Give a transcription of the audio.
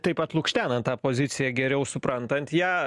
taip pat lukštenant tą poziciją geriau suprantant ją